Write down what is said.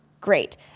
Great